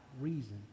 reason